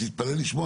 תתפלא לשמוע,